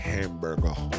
Hamburger